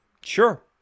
Sure